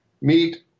meet